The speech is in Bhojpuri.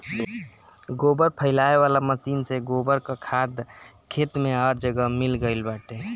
गोबर फइलावे वाला मशीन से गोबर कअ खाद खेत में हर जगह मिल गइल बाटे